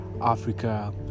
africa